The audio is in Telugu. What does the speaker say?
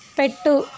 పెట్టు